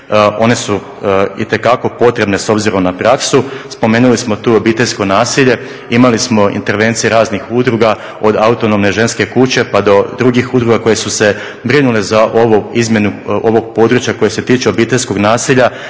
One su itekako potrebne s obzirom na praksu. Spomenuli smo tu obiteljsko nasilje. Imali smo intervencije raznih udruga od Autonomne ženske kuće, pa do drugih udruga koje su se brinule za ovu izmjenu ovog područja koje se tiču obiteljskog nasilja.